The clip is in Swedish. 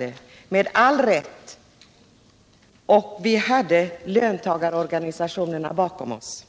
Det gjorde vi med all rätt, och vi hade löntagarorganisationerna bakom oss.